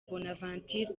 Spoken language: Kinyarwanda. bonaventure